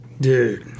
Dude